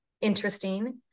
interesting